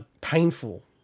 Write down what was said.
painful